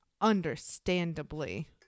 understandably